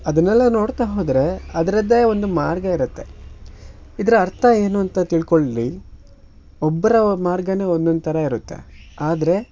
ಅದನ್ನೆಲ್ಲ ನೋಡ್ತಾ ಹೋದರೆ ಅದರದ್ದೇ ಒಂದು ಮಾರ್ಗ ಇರತ್ತೆ ಇದರ ಅರ್ಥ ಏನು ಅಂತ ತಿಳ್ಕೊಳ್ಳಿ ಒಬ್ಬರ ಮಾರ್ಗನೇ ಒಂದೊಂದು ಥರ ಇರತ್ತೆ ಆದರೆ